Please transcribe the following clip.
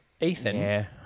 Ethan